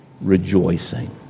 rejoicing